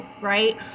right